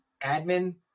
admin